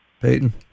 Peyton